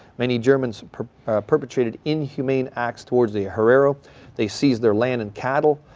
many germans perpetrated inhuman acts towards the herero they seized their land and cattle,